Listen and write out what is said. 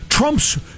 Trump's